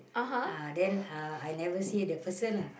uh then uh I never see the person lah